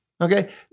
Okay